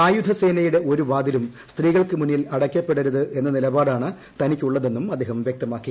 സായുധസേനയുടെ ഒരു വാതിലും സ്ത്രീകൾക്ക് മുൻപിൽ അടയ്ക്കപ്പെടരുത് എന്ന നിലപാടാണ് തനിക്കുള്ളതെന്നും അദ്ദേഹം വ്യക്തമാക്കി